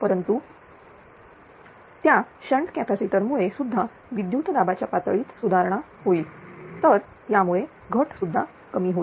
परंतु त्या shunt capacitor मुळे सुद्धा विद्युत दाबाच्या पातळीत सुधारणा होईल तर यामुळे घट सुद्धा कमी होईल